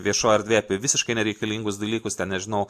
viešoj erdvėj apie visiškai nereikalingus dalykus ten nežinau